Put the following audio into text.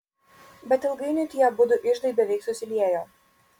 bet ilgainiui tie abudu iždai beveik susiliejo